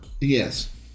Yes